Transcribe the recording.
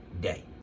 day